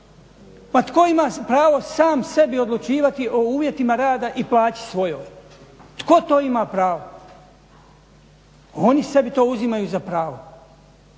Pa tko ima pravo sam sebi odlučivati o uvjetima rada i plaći svojoj? Tko to ima pravo? Oni sebi to uzimaju za pravo.